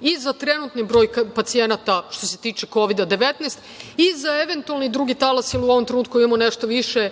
i za trenutni broj pacijenata što se tiče kovida 19 i za eventualno drugi talas, jer u ovom trenutku imamo nešto više